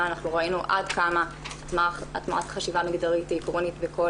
ראינו עד כמה הטמעת חשיבה מגדרית היא עקרונית בכל